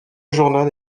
journal